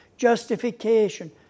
justification